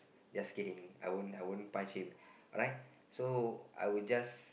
just kidding I won't I won't punch him alright so I would just